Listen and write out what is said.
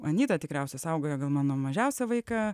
anyta tikriausiai saugojo gal mano mažiausią vaiką